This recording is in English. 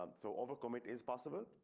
um so overcome it is possible.